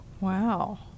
Wow